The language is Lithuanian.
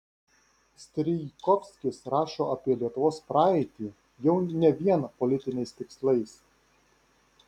strijkovskis rašo apie lietuvos praeitį jau ne vien politiniais tikslais